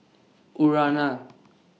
Urana